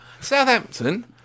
Southampton